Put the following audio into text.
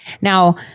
Now